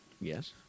Yes